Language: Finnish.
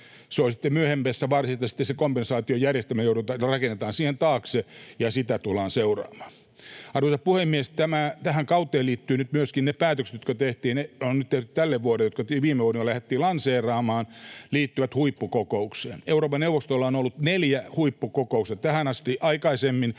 Se on sitten myöhemmässä vaiheessa varsinaisesti se kompensaatiojärjestelmä, joka rakennetaan siihen taakse, ja sitä tullaan seuraamaan. Arvoisa puhemies! Tähän kauteen liittyvät myöskin ne päätökset, jotka on nyt tehty tälle vuodelle ja joita viime vuonna jo lähdettiin lanseeraamaan ja jotka liittyvät huippuko-koukseen. Euroopan neuvostolla on ollut kolme huippukokousta tähän asti aikaisemmin,